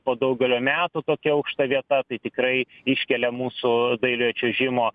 po daugelio metų tokia aukšta vieta tai tikrai iškelia mūsų dailiojo čiuožimo